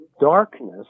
darkness